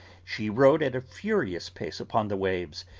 she rode at a furious pace upon the waves,